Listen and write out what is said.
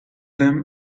them